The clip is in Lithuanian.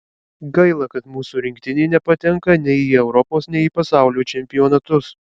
gaila kad mūsų rinktinė nepatenka nei į europos nei į pasaulio čempionatus